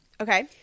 Okay